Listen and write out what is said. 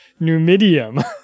Numidium